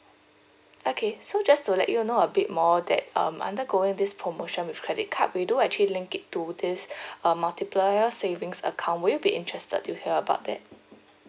okay so just to let you know a bit more that um undergoing this promotion with credit card we do actually link it to this uh multiplier savings account will you be interested to hear about that